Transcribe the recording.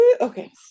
Okay